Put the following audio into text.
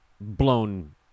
blown